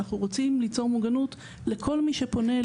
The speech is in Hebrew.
אנחנו רוצים ליצור מוגנות לכל מי שפונה לעזרה.